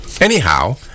Anyhow